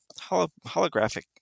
holographic